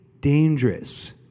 dangerous